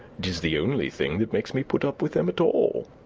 it is the only thing that makes me put up with them at all.